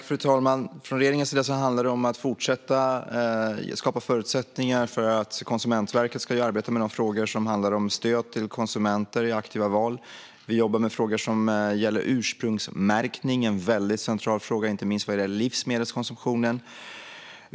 Fru talman! För regeringen handlar det om att fortsätta att skapa förutsättningar för att Konsumentverket ska kunna arbeta med de frågor som handlar om stöd till konsumenter att göra aktiva val. Vi jobbar med frågor som gäller ursprungsmärkning, vilket är en central fråga, inte minst vad gäller livsmedelskonsumtion.